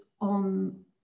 on